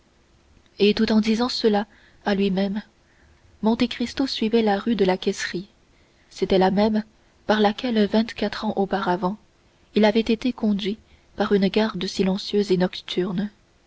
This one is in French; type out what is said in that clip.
et tout en disant cela à lui-même monte cristo suivait la rue de la caisserie c'était la même par laquelle vingt-quatre ans auparavant il avait été conduit par une garde silencieuse et nocturne